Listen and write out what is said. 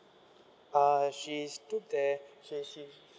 uh she's still there she she